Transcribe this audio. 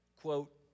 Quote